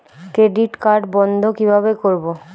Credit card বন্ধ কিভাবে করবো?